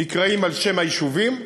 נקראים בשמות היישובים.